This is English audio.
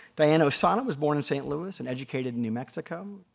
diana ossana was born in saint louis and educated in new mexico,